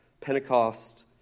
Pentecost